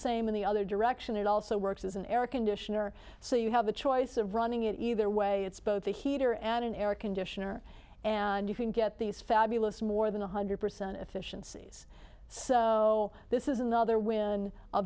same in the other direction it also works as an air conditioner so you have a choice of running it either way it's both the heater and an air conditioner and you can get these fabulous more than one hundred percent efficiency so this is another w